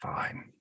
fine